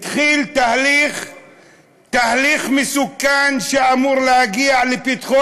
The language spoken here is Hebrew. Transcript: התחיל תהליך מסוכן שאמור להגיע לפתחו